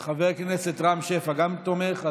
גם חבר הכנסת רם שפע תומך,